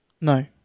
No